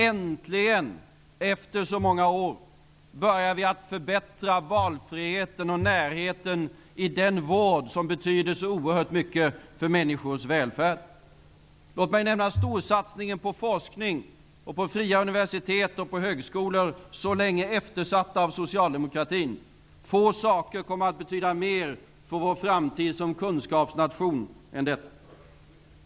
Äntligen, efter så många år, börjar vi att förbättra valfriheten och närheten i vården, som betyder så oerhört mycket för människors välfärd. Låt mig nämna storsatsningen på forskning, på fria universitet och på högskolor, så länge eftersatta av socialdemokratin. Få saker kommer att betyda mer för vår framtid som kunskapsnation än detta.